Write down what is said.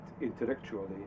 intellectually